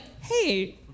hey